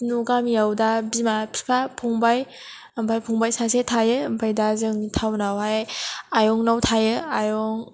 न' गामियाव दा बिमा बिफा फंबाय ओमफाय फंबाय सासे थायो ओंफ्राय दा जों टाउनावहाय आयंनाव थायो आयं